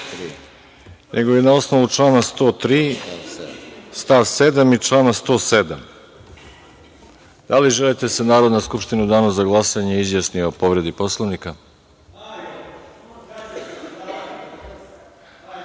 nego i na osnovu člana 103. stav 7. i člana 107. da li želite da se Narodna skupština u danu za glasanje izjasni o povredi Poslovnika?(Milorad